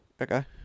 Okay